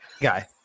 guy